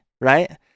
Right